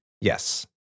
Yes